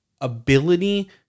ability